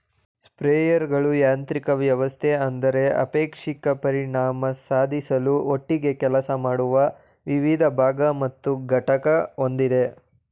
ಸ್ಪ್ರೇಯರ್ಗಳು ಯಾಂತ್ರಿಕ ವ್ಯವಸ್ಥೆ ಅಂದರೆ ಅಪೇಕ್ಷಿತ ಪರಿಣಾಮ ಸಾಧಿಸಲು ಒಟ್ಟಿಗೆ ಕೆಲಸ ಮಾಡುವ ವಿವಿಧ ಭಾಗ ಮತ್ತು ಘಟಕ ಹೊಂದಿದೆ